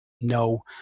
no